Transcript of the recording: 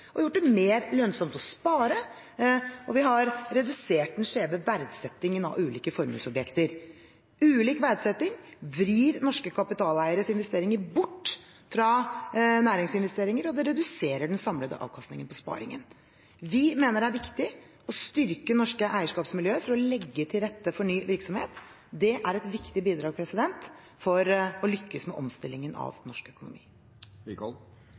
og gjort det mer lønnsomt å spare, og vi har redusert den skjeve verdsettingen av ulike formuesobjekter. Ulik verdsetting vrir norske kapitaleieres investeringer bort fra næringsinvesteringer, og det reduserer den samlede avkastningen på sparingen. Vi mener det er viktig å styrke norske eierskapsmiljøer for å legge til rette for ny virksomhet. Det er et viktig bidrag for å lykkes med omstillingen av norsk